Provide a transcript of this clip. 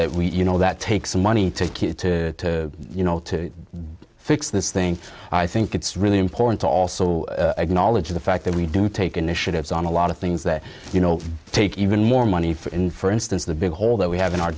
that we you know that take some money take it to you know to fix this thing i think it's really important to also acknowledge the fact we do take initiatives on a lot of things that you know take even more money in for instance the big hole that we have in our